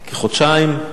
כחודשיים,